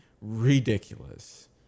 ridiculous